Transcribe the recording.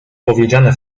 powiedziane